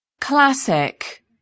Classic